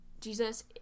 Jesus